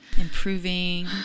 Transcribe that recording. improving